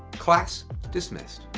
class dismissed.